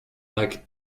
like